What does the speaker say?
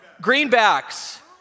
Greenbacks